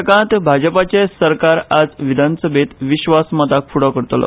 कर्नाटकांत भाजपाचे सरकार आज विधानसभेत विश्वासमताक फुडो करतलो